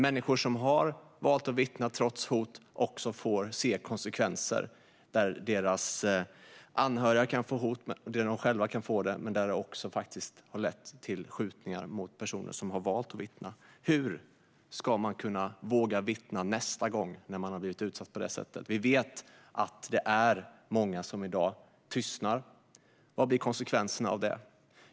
Människor som har valt att vittna, trots hot, får se konsekvenser som att deras anhöriga och de själva blir hotade. Det har också lett till skjutningar mot personer som har valt att vittna. Hur ska man våga vittna nästa gång när man har blivit utsatt på det sättet? Vi vet att det är många som i dag tystnar. Vad blir konsekvenserna av det?